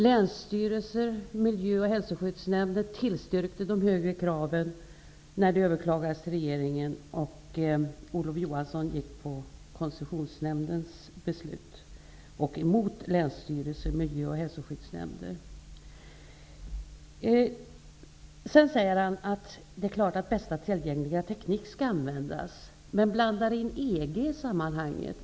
Länsstyrelser och miljö och hälsoskyddsnämnder tillstyrkte de högre kraven när ärendet överklagades till regeringen. Olof Johansson gick på Koncessionsnämndens beslut, emot Olof Johansson säger att bästa tillgängliga teknik naturligtvis skall användas och blandar in EG i sammanhanget.